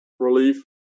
Relief